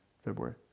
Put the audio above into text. February